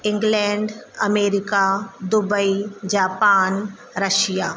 England America Dubai Japan Russia